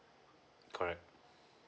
correct